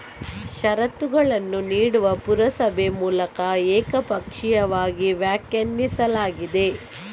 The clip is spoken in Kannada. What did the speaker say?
ಷರತ್ತುಗಳನ್ನು ನೀಡುವ ಪುರಸಭೆ ಮೂಲಕ ಏಕಪಕ್ಷೀಯವಾಗಿ ವ್ಯಾಖ್ಯಾನಿಸಲಾಗಿದೆ